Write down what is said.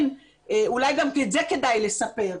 אולי גם את זה כדאי לספר.